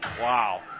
Wow